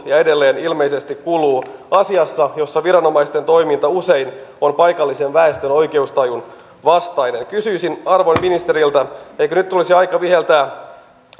ja edelleen ilmeisesti kuluu asiassa jossa viranomaisten toiminta usein on paikallisen väestön oikeustajun vastaista kysyisin arvon ministeriltä eikö nyt olisi aika viheltää